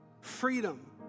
freedom